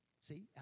See